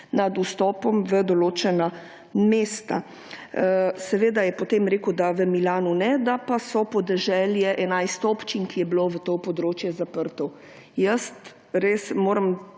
nad vstopom v določena mesta. Seveda je potem rekel, da v Milanu ne, da pa so podeželje, 11 občin, ki so bile v to področje zaprte. Jaz res moram,